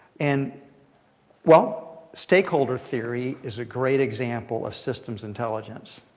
and well, stakeholder theory is a great example of systems intelligence.